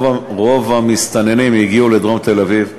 רוב המסתננים הגיעו לדרום תל-אביב,